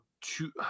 two